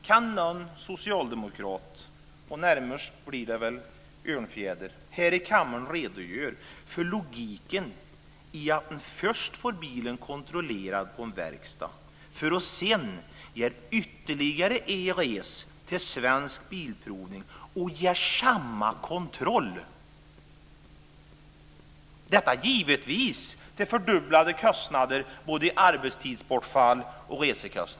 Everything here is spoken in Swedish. Kan någon socialdemokrat - jag tänker närmast på Örnfjäder - här i kammaren redogöra för logiken i att man först får bilen kontrollerad på en verkstad och sedan får göra ytterligare en resa till Svensk Bilprovning för att göra samma kontroll? Detta sker givetvis till fördubblade kostnader både för arbetstidsbortfall och för resor.